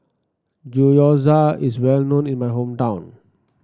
gyoza is well known in my hometown